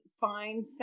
find